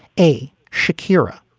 a shakira.